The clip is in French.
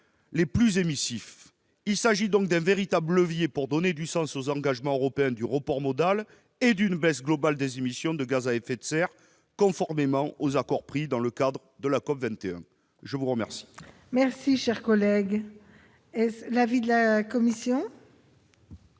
les plus émissifs. Il s'agit donc d'un véritable levier pour donner du sens aux engagements européens en faveur du report modal et d'une baisse globale des émissions de gaz à effet de serre, conformément aux accords pris dans le cadre de la COP 21. Quel est l'avis de la commission ?